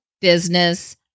business